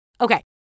Okay